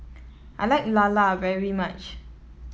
I like lala very much